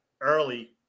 early